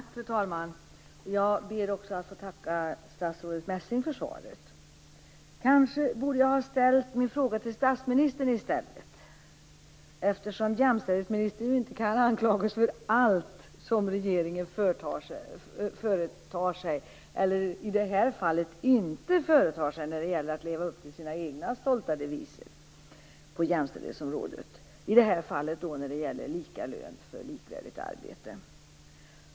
Fru talman! Jag ber att få tacka statsrådet Messing för svaret. Kanske borde jag ha ställt min fråga till statsministern i stället, eftersom jämställdhetsministern inte kan anklagas för allt som regeringen företar sig, eller i det här fallet inte företar sig när det gäller att leva upp till sina egna stolta deviser på jämställdhetsområdet. Nu gäller det alltså lika lön för likvärdigt arbete.